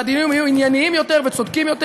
והדיונים יהיו ענייניים יותר וצודקים יותר.